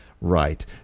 right